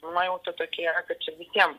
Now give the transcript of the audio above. nuojauta tokia yra kad čia visiem